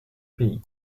pays